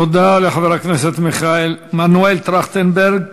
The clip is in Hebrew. תודה לחבר הכנסת מנואל טרכטנברג.